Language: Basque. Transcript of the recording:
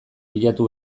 bilatu